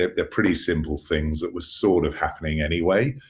they're pretty simple things that were sort of happening anyway.